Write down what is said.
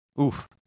Oof